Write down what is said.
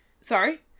sorry